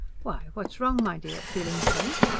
why, what's wrong, my dear. feeling faint?